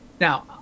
Now